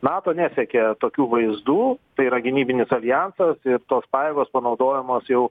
nato nesiekia tokių vaizdų tai yra gynybinis aljansas ir tos pajėgos panaudojamos jau